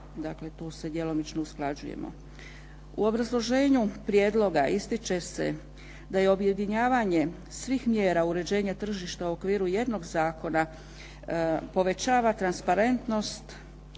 dakle tu se djelomično usklađujemo. U obrazloženju prijedloga ističe se da je objedinjavanje svih mjera uređenja tržišta u okviru jednog zakona, povećava transparentnost